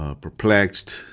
Perplexed